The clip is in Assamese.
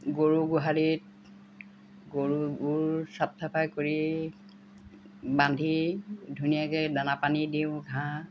গৰু গোহালিত গৰুবোৰ চাফ চাফাই কৰি বান্ধি ধুনীয়াকৈ দানা পানী দিওঁ ঘাঁহ